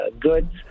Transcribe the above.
goods